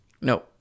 No